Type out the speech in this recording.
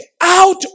out